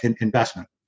investment